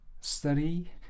study